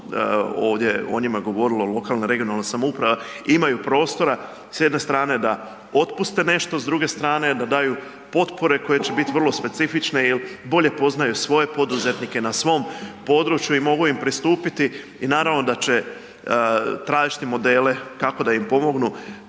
ovdje o njima govorilo o lokalnoj i regionalnoj samoupravi, imaju prostora s jedne strane da otpuste nešto, s druge strane da daju potpore koje će biti vrlo specifične jel bolje poznaju svoje poduzetnike na svom području i mogu im pristupiti i naravno da će tražiti modele kako da im pomognu.